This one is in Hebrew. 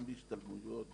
גם בהשתלמויות,